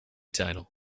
title